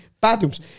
Bathrooms